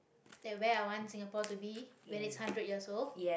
like where i want singapore to be when it's hundred years old